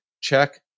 Check